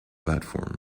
platform